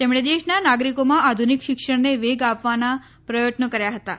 તેમણે દેશનાં નાગરીકોમાં આધુનિક શિક્ષણને વેગ આપવાના પ્રયત્નો કર્યા હતાં